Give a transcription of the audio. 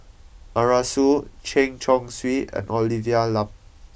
Arasu Chen Chong Swee and Olivia Lum